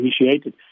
initiated